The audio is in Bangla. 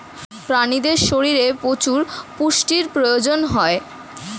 প্রাণীদের শরীরে প্রচুর পুষ্টির প্রয়োজন হয়